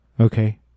okay